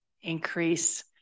increase